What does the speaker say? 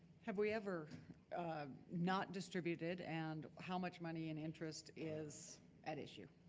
have we ever not distribute it and how much money in interest is at issue?